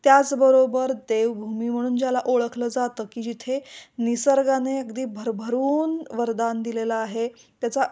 त्याचबरोबर देवभूमी म्हणून ज्याला ओळखलं जातं की जिथे निसर्गाने अगदी भरभरून वरदान दिलेलं आहे त्याचा